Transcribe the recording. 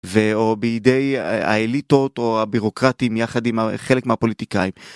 ו..או בידי האליטות או הבירוקרטים יחד עם חלק מהפוליטיקאים.